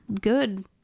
Good